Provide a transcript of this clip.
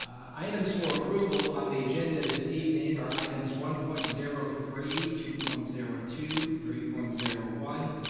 items for approval on the agenda this evening are items one point zero three, two point zero two, three point zero one,